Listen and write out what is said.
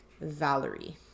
Valerie